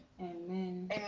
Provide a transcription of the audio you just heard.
Amen